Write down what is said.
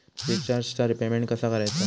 रिचार्जचा पेमेंट कसा करायचा?